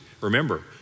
Remember